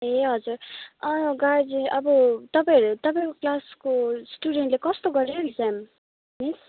ए हजुर गार्जेन अबो तपाईँहरू तपाईँको क्लासको स्टुडेन्टले कस्तो गऱ्यो इक्जाम मिस